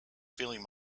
feeling